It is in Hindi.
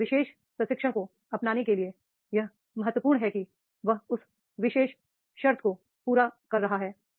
उस विशेष प्रशिक्षण को अपनाने के लिए यह महत्वपूर्ण है कि वह उस विशेष शर्त को पूरा कर रहा है